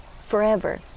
forever